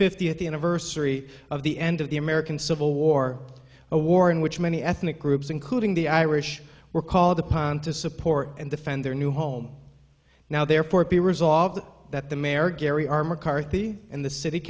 fiftieth anniversary of the end of the american civil war a war in which many ethnic groups including the irish were called upon to support and defend their new home now therefore be resolved that the mayor gary r mccarthy and the city